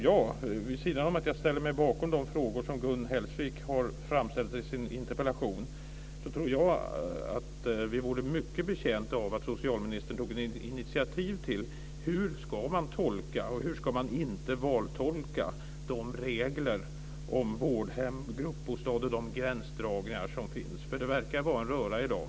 Jag ställer mig bakom de frågor som Gun Hellsvik har framställt i sin interpellation, och jag tror att vi vore mycket betjänta av att socialministern tog initiativ till att klara ut hur man ska tolka, inte vantolka, de regler om vårdhem och gruppbostäder och de gränsdragningar som finns. Det verkar vara en röra i dag.